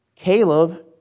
Caleb